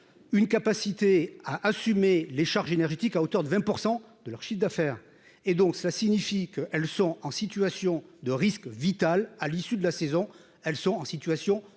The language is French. une capacité à assumer les charges énergétiques à hauteur de 20 % de leur chiffre d'affaires et donc ça signifie qu'elles sont en situation de risque vital à l'issue de la saison, elles sont en situation de faillite,